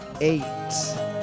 eight